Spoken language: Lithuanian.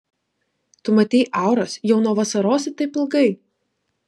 tu matei auras jau nuo vasarosi taip ilgai